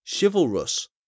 chivalrous